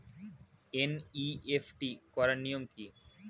NEFT করার নিয়ম কী?